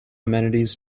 amenities